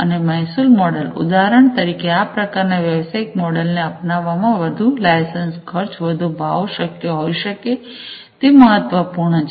અને મહેસૂલ મોડેલ ઉદાહરણ તરીકે આ પ્રકારના વ્યવસાયિક મોડેલને અપનાવવામાં વધુ લાયસન્સ ખર્ચ વધુ ભાવો શક્ય હોઈ શકે તે મહત્વપૂર્ણ છે